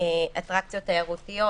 אטרקציות תיירותיות.